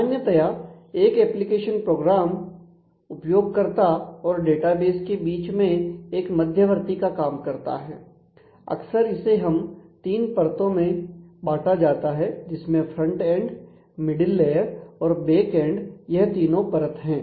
सामान्यतया एक application program उपयोगकर्ता और डेटाबेस के बीच में एक मध्यवर्ती का काम करता है अक्सर इसे 3 परतो में बांटा जाता है जिसमें फ्रंट एंड यह तीनों परत है